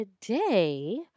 Today